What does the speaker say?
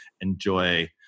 enjoy